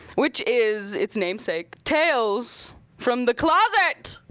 which is its namesake, tales from the closet!